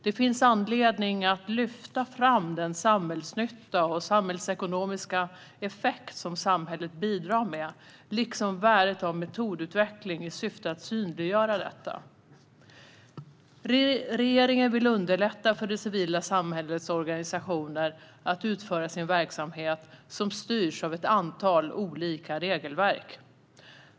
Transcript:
Det finns anledning att lyfta fram den samhällsnytta och den samhällsekonomiska effekt som samhället bidrar med liksom värdet av metodutveckling i syfte att synliggöra detta. Regeringen vill underlätta för det civila samhällets organisationer att utföra sin verksamhet, som styrs av ett antal olika regelverk.